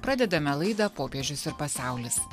pradedame laidą popiežius ir pasaulis